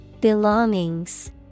Belongings